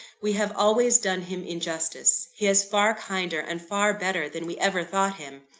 we have always done him injustice he is far kinder and far better than we ever thought him.